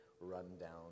run-down